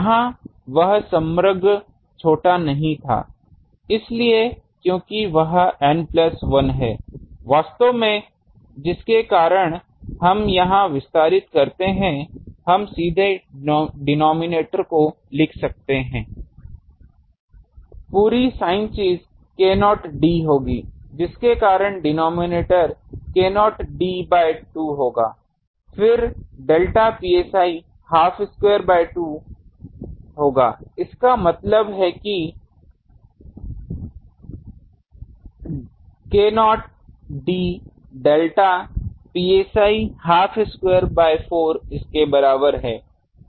यहाँ वह समग्र छोटा नहीं था इसीलिए क्योंकि वह N प्लस 1 है वास्तव में जिसके कारण हम यहाँ विस्तारित करते हैं हम सीधे डिनोमिनेटर को लिख सकते हैं पूरी साइन चीज़ k0 d होगी जिसके कारण डिनोमिनेटर k0 d बाय 2 होगा फिर delta psi half square by 2 है इसका मतलब है की k0 d delta psi half square by 4 इसके बराबर है